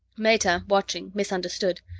meta, watching, misunderstood.